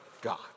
God